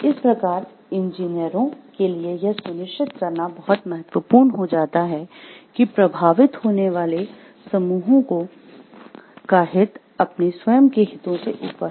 इस प्रकार इंजीनियरों के लिए यह सुनिश्चित करना बहुत महत्वपूर्ण हो जाता है कि प्रभावित होने वाले समूहों का हित अपने स्वयं के हितों से ऊपर हो